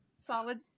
Solid